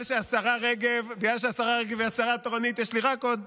שהשרה רגב היא השרה התורנית, יש לי רק עוד